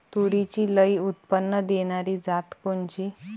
तूरीची लई उत्पन्न देणारी जात कोनची?